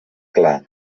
clar